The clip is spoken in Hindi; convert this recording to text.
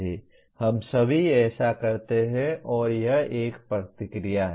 हम सभी ऐसा करते हैं और यह एक प्रतिक्रिया है